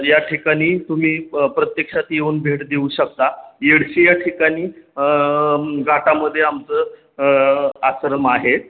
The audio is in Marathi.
या ठिकाणी तुम्ही प्रत्यक्षात येऊन भेट देऊ शकता येडशी या ठिकाणी घाटामध्ये आमचं आश्रम आहे